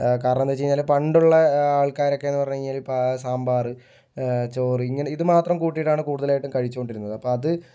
കാരണം എന്നു വച്ചു കഴിഞ്ഞാൽ പണ്ടുള്ള ആള്ക്കാരൊക്കെയെന്ന് പറഞ്ഞുകഴിഞ്ഞാൽ ഇപ്പോൾ സാമ്പാറ് ചോറ് ഇങ്ങനെ ഇതുമാത്രം കൂട്ടിയിട്ടാണ് കൂടുതലായിട്ടും കഴിച്ചുകൊണ്ടിരുന്നത് അപ്പോൾ അത്